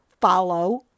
follow